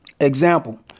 Example